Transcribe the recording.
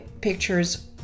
pictures